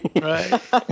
Right